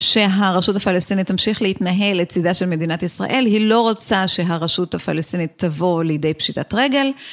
שהרשות הפלסטינית תמשיך להתנהל לצידה של מדינת ישראל, היא לא רוצה שהרשות הפלסטינית תבוא לידי פשיטת רגל.